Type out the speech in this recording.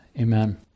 Amen